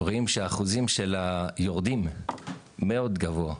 רואים שהאחוזים של היורדים מאוד גבוה,